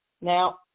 Now